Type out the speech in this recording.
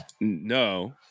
no